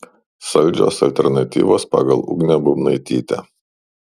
saldžios alternatyvos pagal ugnę būbnaitytę